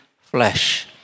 flesh